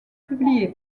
publié